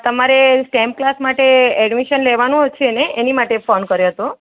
તમારે stem class માટે admission લેવાનું છે ને એની માટે ફોન કર્યો હતો